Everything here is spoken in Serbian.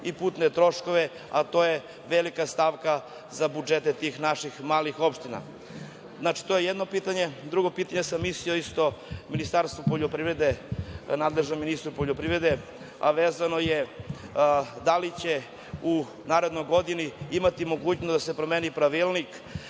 i putne troškove, a to je velika stavka za budžete tih naših malih opština. To je jedno pitanje. Drugo pitanje Ministarstvu poljoprivrede, nadležnom ministru poljoprivrede, a vezano je da li će u narednoj godini imati mogućnost da se promeni pravilnik,